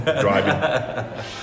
driving